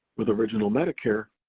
with original medicare,